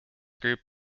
group